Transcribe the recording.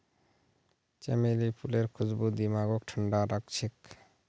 चमेली फूलेर खुशबू दिमागक ठंडा राखछेक